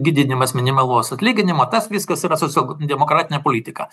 didinimas minimalaus atlyginimo tas viskas yra socialdemokratinė politika